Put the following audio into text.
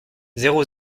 zéro